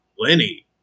lenny